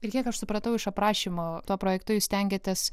ir kiek aš supratau iš aprašymo to projekto jūs stengiatės